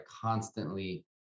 constantly